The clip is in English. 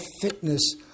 fitness